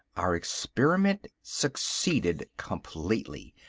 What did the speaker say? our experiment succeeded completely.